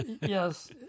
Yes